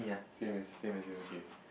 same as same as you okay